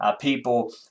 people